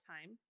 time